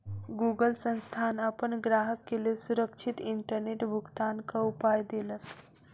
Google संस्थान अपन ग्राहक के लेल सुरक्षित इंटरनेट भुगतनाक उपाय देलक